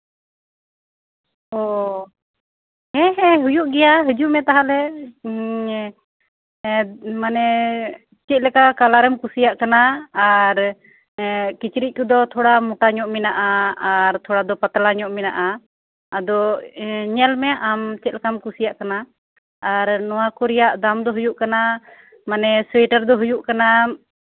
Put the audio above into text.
ᱚ ᱦᱮᱸ ᱦᱮᱸ ᱦᱩᱭᱩᱜ ᱜᱮᱭᱟ ᱦᱤᱡᱩᱜ ᱢᱮ ᱛᱟᱦᱞᱮ ᱮᱜ ᱢᱟᱱᱮ ᱪᱮᱫ ᱞᱮᱠᱟ ᱠᱟᱞᱟᱨ ᱮᱢ ᱠᱩᱥᱤᱭᱟᱜ ᱠᱟᱱᱟ ᱟᱨ ᱠᱤᱪᱨᱤᱪ ᱠᱚᱫᱚ ᱛᱷᱚᱲᱟ ᱢᱳᱴᱟ ᱧᱚᱜ ᱜᱮ ᱢᱮᱱᱟᱜᱼᱟ ᱟᱨ ᱛᱷᱚᱲᱟ ᱫᱚ ᱯᱟᱛᱞᱟ ᱧᱚᱜ ᱢᱮᱱᱟᱜᱼᱟ ᱟᱫᱚ ᱧᱮᱞᱢᱮ ᱟᱢ ᱪᱮᱫ ᱞᱮᱠᱟᱱᱟᱜ ᱮᱢ ᱠᱩᱥᱤᱭᱟᱜ ᱠᱟᱱᱟ ᱱᱚᱣᱟ ᱠᱚᱨᱮᱱᱟᱜ ᱫᱟᱢ ᱫᱚ ᱦᱩᱭᱩᱜ ᱠᱟᱱᱟ ᱢᱟᱱᱮ ᱥᱳᱭᱮᱴᱟᱨ ᱫᱚ ᱦᱩᱭᱩᱜ ᱠᱟᱱᱟ ᱟᱢ